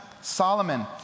Solomon